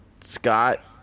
Scott